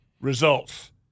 results